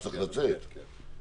אז אתה צריך לצאת, נסיים.